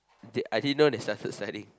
didn't I didn't know they started studying